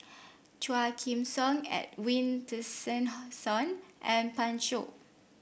Quah Kim Song Edwin and Pan Shou